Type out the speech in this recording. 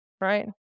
right